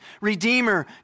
Redeemer